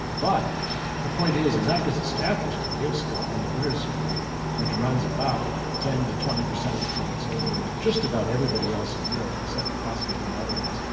but the point is, enough is established to give scotland a literacy rate which runs about ten twenty percentage points over just about everybody else in europe, except possibly the netherlands.